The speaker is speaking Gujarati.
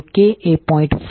જો k એ 0